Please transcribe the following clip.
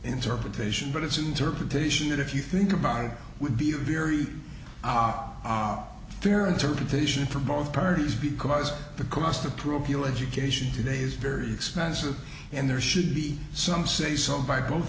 interpretation but it's interpretation that if you think about it would be a very odd fair interpretation for both parties because the cost to parochial education today is very expensive and there should be some say so by both